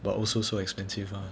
but also so expensive ah